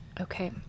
Okay